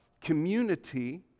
community